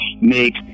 make